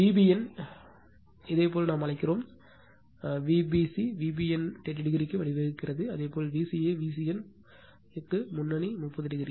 Vbn இதேபோல் நாம் அழைக்கிறோம் v இதேபோல் Vbc Vbn 30o க்கு வழிவகுக்கிறது அதேபோல் Vca Vcn முன்னணி 30